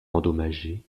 endommagée